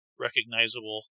recognizable